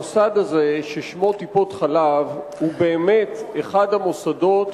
המוסד הזה ששמו טיפות-חלב הוא באמת אחד המוסדות